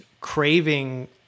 craving